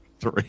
Three